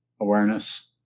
awareness